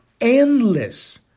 endless